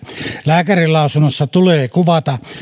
lääkärinlausunnossa tulee kuvata